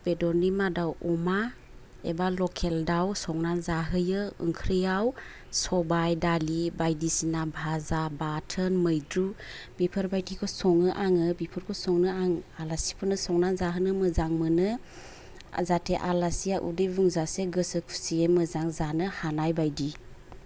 बेददनि मादाव अमा एबा लखेल दाउ संनानै जाहोयो ओंख्रियाव सबाइ दालि बायदिसिना फाजा बाथोन मैद्रु बिफोरबायदिखौ सङो आङो बेफोरखौ संनो आं आलासिफोदनो संनानै जाहोनो मोजां मोनो जाहाथे आलासिया उदै बुंजासे गोसो खुसियै मोजां जानो हानाय बायदि